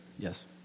Yes